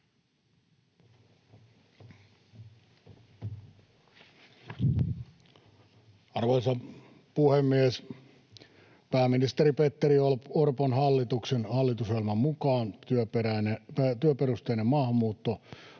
Arvoisa puhemies! Pääministeri Petteri Orpon hallituksen hallitusohjelman mukaan työperusteinen maahanmuutto